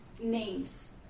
names